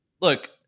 look